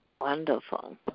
Wonderful